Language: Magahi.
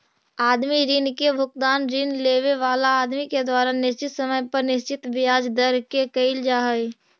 आदमी ऋण के भुगतान ऋण लेवे वाला आदमी के द्वारा निश्चित समय पर निश्चित ब्याज दर से कईल जा हई